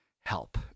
help